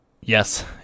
Yes